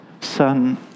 son